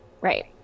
Right